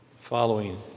Following